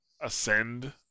Ascend